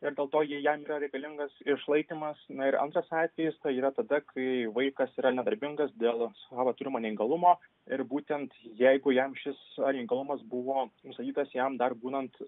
ir dėl to jei jam yra reikalingas išlaikymas na ir antras atvejis tai yra tada kai vaikas yra nedarbingas dėl savo turimo neįgalumo ir būtent jeigu jam šis neįgalumas buvo nustatytas jam dar būnant